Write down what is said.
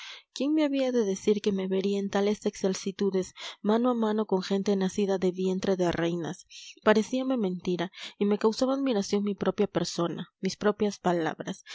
quién me había de decir que me vería en tales excelsitudes mano a mano con gente nacida de vientre de reinas parecíame mentira y me causaban admiración mi propia persona mis propias palabras